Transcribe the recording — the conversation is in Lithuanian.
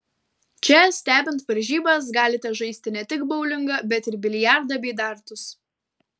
čia stebint varžybas galite žaisti ne tik boulingą bet ir biliardą bei dartus